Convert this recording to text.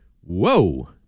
whoa